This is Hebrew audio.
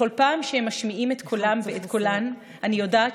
בכל פעם שהם משמיעים את קולם ואת קולן אני יודעת